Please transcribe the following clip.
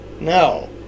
No